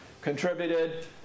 contributed